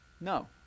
No